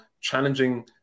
challenging